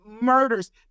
murders